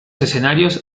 escenarios